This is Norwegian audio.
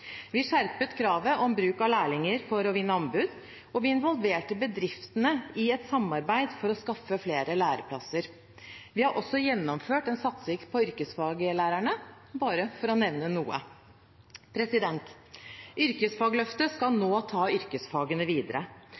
Vi skjerpet kravet om bruk av lærlinger for å vinne anbud. Vi involverte bedriftene i et samarbeid for å skaffe flere læreplasser. Vi har også gjennomført en satsing på yrkesfaglærerne – bare for å nevne noe. Yrkesfagløftet skal nå ta yrkesfagene videre.